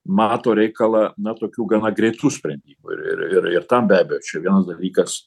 mato reikalą na tokių gana greitų sprendimų ir ir ir ir tam be abejo čia vienas dalykas